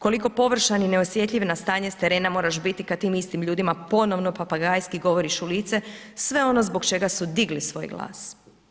Koliko površan i neosjetljiv na stanje s terena moraš biti kad tim istim ljudima ponovo papagajski govoriš u lice sve ono zbog čega su digli svoj glas?